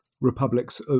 republics